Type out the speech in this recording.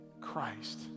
Christ